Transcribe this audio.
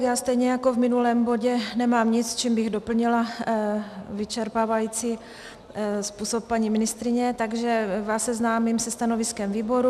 Já stejně jako v minulém bodě nemám nic, čím bych doplnila vyčerpávající způsob paní ministryně, takže vás seznámím se stanoviskem výboru.